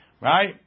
Right